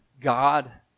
God